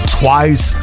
twice